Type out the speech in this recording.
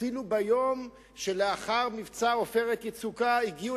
אפילו ביום שלאחר מבצע "עופרת יצוקה" הגיעו